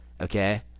okay